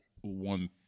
One